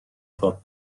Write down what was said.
پاک